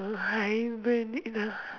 oh hibernate ah